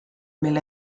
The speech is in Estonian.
mil